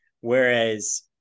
Whereas